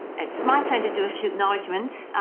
it's my turn to do a few acknowledgements.